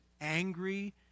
angry